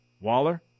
Waller